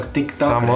TikTok